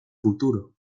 futuro